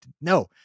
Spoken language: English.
No